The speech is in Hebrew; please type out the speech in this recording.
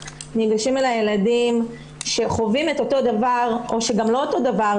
ניגשים אלי ילדים שחווים את אותו הדבר או שגם לא את אותו דבר.